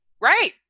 Right